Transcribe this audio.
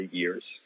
years